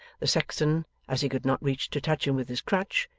the sexton, as he could not reach to touch him with his crutch,